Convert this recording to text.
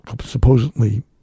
supposedly